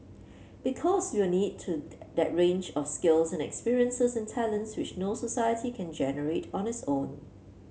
because we'll need to that range of skills and experiences and talents which no society can generate on its own